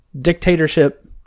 Dictatorship